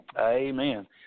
Amen